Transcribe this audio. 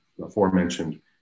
aforementioned